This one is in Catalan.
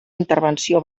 intervenció